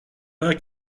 pas